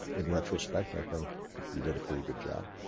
in retrospect i think you did a pretty good job.